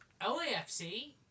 LAFC